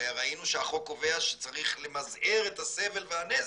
הרי ראינו שהחוק קובע שצריך למזער את הסבל והנזק.